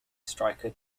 striker